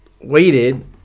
waited